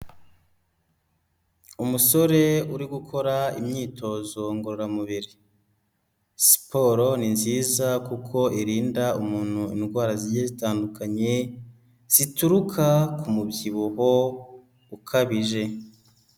Umusore uri gukora imyitozo ngororamubiri. Siporo ni nziza kuko irinda umuntu indwara zigiye zitandukanye, zituruka ku mubyibuho ukabije.